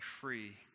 free